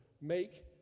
Make